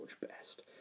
Best